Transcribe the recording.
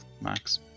max